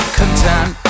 content